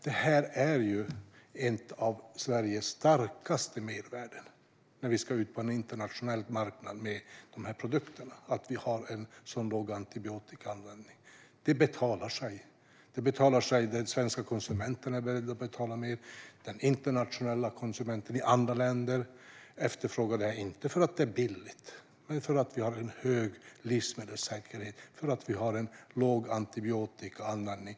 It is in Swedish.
Det här är ett av Sveriges starkaste mervärden när produkterna ska ut på en internationell marknad, att vi har så låg antibiotikaanvändning. Det betalar sig. De svenska konsumenterna är beredda att betala mer. Internationella konsumenter i andra länder efterfrågar svenskt kött, inte för att det är billigt utan för att vi har en hög livsmedelssäkerhet och en låg antibiotikaanvändning.